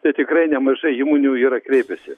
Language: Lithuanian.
tai tikrai nemažai įmonių yra kreipęsi